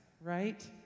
Right